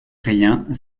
rien